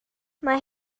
mae